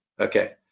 Okay